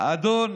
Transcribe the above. אדון